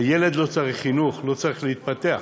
הילד לא צריך חינוך, לא צריך להתפתח